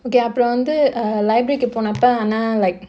okay அப்றம் வந்து:apram vandhu uh library போனப்ப ஆனா:ponappa aanaa like